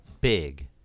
big